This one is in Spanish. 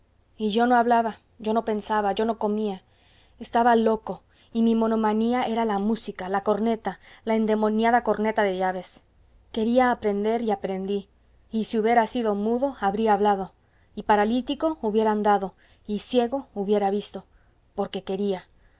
y yo no hablaba yo no pensaba yo no comía estaba loco y mi monomanía era la música la corneta la endemoniada corneta de llaves quería aprender y aprendí y si hubiera sido mudo habría hablado y paralítico hubiera andado y ciego hubiera visto porque quería